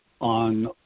on